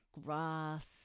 grass